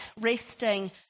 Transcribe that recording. resting